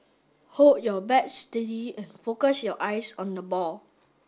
hold your bat steady and focus your eyes on the ball